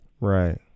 right